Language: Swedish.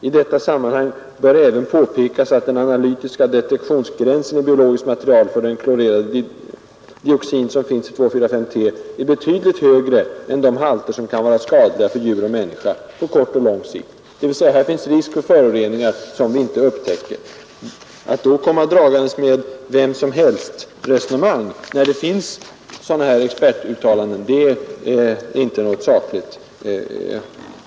I detta sammanhang bör även påpekas att den analytiska detektionsgränsen i biologiskt material för den klorerade dioxin, som finns i 2,4,5-T, är betydligt högre än de halter som kan vara skadliga för djur och människa på kort och lång sikt.” Här finns alltså risk för föroreningar som vi inte upptäcker. Att komma dragandes med ett vem-som-helst-resonemang när det finns sådana expertuttalanden är inte sakligt.